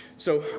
so